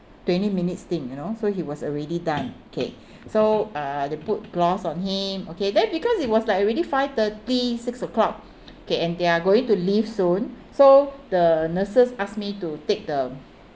twenty minutes thing you know so he was already done okay so uh they put gauze on him okay then because it was like already five thirty six o'clock okay and they're going to leave soon so the nurses asked me to take the